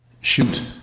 Shoot